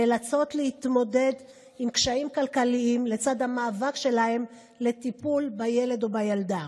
נאלצות להתמודד עם קשיים כלכליים לצד המאבק שלהן לטיפול בילד או בילדה.